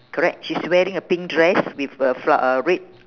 correct she's wearing a pink dress with a flow~ a red